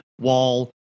wall